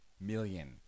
million